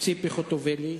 ציפי חוטובלי?